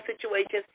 situations